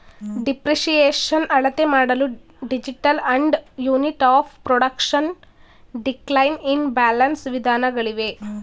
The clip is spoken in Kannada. ಡಿಪ್ರಿಸಿಯೇಷನ್ ಅಳತೆಮಾಡಲು digital and unit of production, decline in balance ವಿಧಾನಗಳಿವೆ